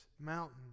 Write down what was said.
mountain